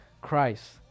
Christ